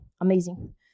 amazing